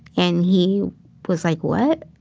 and he was like, what?